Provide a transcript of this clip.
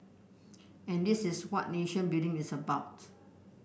and this is what nation building is about